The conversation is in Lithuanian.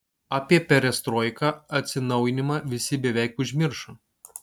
apie perestroiką atsinaujinimą visi beveik užmiršo